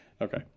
Okay